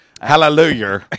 Hallelujah